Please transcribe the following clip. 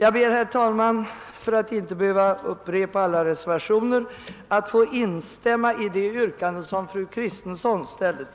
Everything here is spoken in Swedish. Herr talman! För att inte behöva upprepa numren på alla reservationer ber jag att få instämma i det yrkande som fru Kristensson framställt.